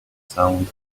sound